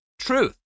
truth